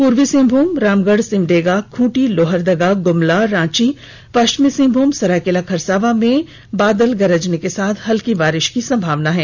पूर्वी सिंहभूम रामगढ़ सिमडेगा खूंटी लोहरदगा गुमला रांची पश्चिमी सिंहभूम सरायकेला खरसांवा में मेघ गर्जन के साथ हल्की बारिश होने की संभावना है